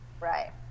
Right